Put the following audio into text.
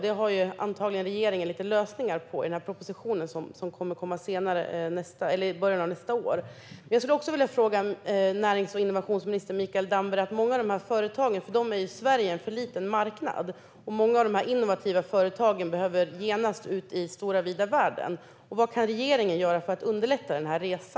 Det har regeringen antagligen lite lösningar på i den proposition som kommer i början av nästa år. Jag vill också ställa en annan fråga till närings och innovationsminister Mikael Damberg. För många av dessa företag är Sverige en för liten marknad. Många av dessa innovativa företag behöver genast ut i stora vida världen. Vad kan regeringen göra för att underlätta denna resa?